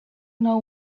know